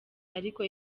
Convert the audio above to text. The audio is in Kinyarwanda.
ariko